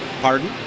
pardon